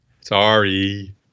sorry